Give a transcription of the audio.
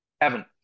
Evan